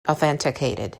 authenticated